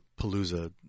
Palooza